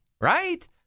right